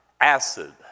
acid